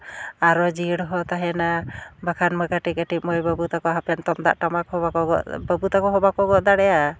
ᱟᱨᱚ ᱡᱤᱭᱟᱹᱲ ᱦᱚᱸ ᱛᱟᱦᱮᱱᱟ ᱵᱟᱠᱷᱟᱱ ᱫᱚ ᱠᱟᱹᱴᱤᱡᱼᱠᱟᱹᱴᱤᱡ ᱢᱟᱹᱭ ᱵᱟᱹᱵᱩ ᱛᱟᱠᱚ ᱦᱟᱯᱮᱱ ᱛᱩᱢᱫᱟᱜ ᱴᱟᱢᱟᱠ ᱦᱚᱸ ᱵᱟᱠᱚ ᱜᱚᱜ ᱵᱟᱹᱵᱩ ᱛᱟᱠᱚ ᱦᱚᱸ ᱵᱟᱠᱚ ᱜᱚᱜ ᱫᱟᱲᱮᱭᱟᱜᱼᱟ